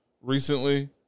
recently